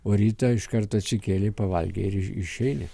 o rytą iškart atsikėlei pavalgei ir ir išeini